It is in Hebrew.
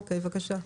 בבקשה.